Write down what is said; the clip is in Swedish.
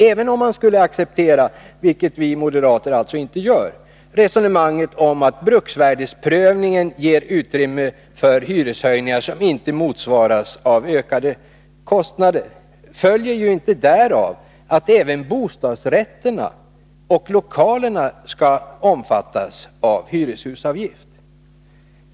Även om man skulle Torsdagen den acceptera — vilket vi moderater alltså inte gör — resonemanget om att 16 december 1982 bruksvärdesprövningen ger utrymme för hyreshöjningar som inte motsvaras av ökade kostnader, följer ju inte därav att även bostadsrätterna och Vissa ekonomisklokalerna skall omfattas av hyreshusavgift.